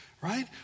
Right